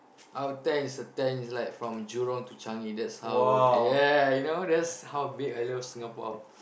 out of ten is a ten is like from Jurong to Changi that's how ya you know that's how big I love Singapore